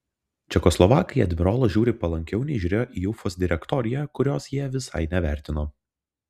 čekoslovakai į admirolą žiūri palankiau nei žiūrėjo į ufos direktoriją kurios jie visai nevertino